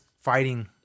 fighting